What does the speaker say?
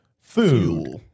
food